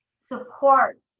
support